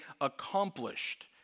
accomplished